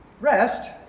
Rest